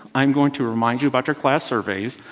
i'm going to remind you about your class surveys,